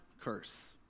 curse